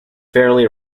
fairly